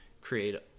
create